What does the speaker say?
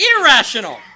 irrational